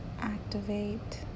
activate